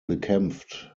bekämpft